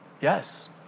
Yes